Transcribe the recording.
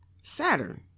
Saturn